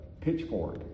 pitchfork